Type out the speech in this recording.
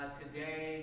today